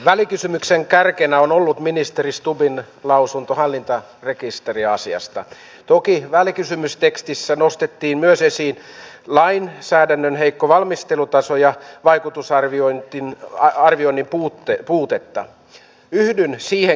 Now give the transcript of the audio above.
välikysymyksen kärkenä on ollut ministeri varsinkin siellä maatiloilla kyllä sitä tekemätöntä työtä riittää mutta saako siitä kunnollista palkkaa niin se on ihan eri asia se